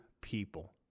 people